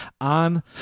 on